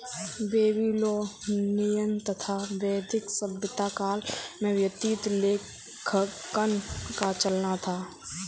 Babylonian तथा वैदिक सभ्यता काल में वित्तीय लेखांकन का चलन था